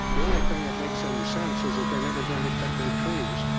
the only thing that makes any sense is that they're never going to cut their trees.